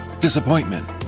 disappointment